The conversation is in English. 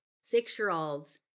six-year-olds